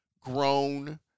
grown